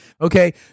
Okay